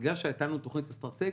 בגלל שהייתה לנו תכנית אסטרטגית,